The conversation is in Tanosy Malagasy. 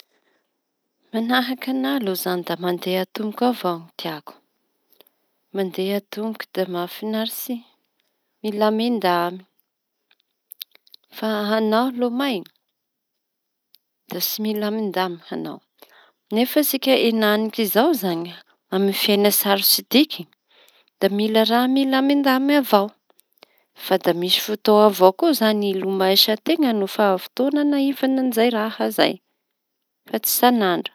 Manahaky ny ana aloha izañy da mandeha tomboky avao nitiako. Mandeha atomboky da mahafinaritsy, Milamindamy avao. Nefa sika henanik'izao izañy amy fiaina sarotsy tiky da mila raha milamindamiñy avao fa da misy fotoa avao ko izañy hilomaisa teña rehfa fotoa fanahiva an'izay raha zay fa tsy sansandra.